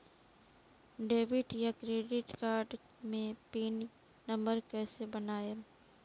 Debit या credit card मे PIN number कैसे बनाएम?